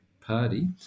party